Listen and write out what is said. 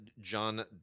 John